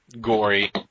gory